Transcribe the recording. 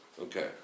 Okay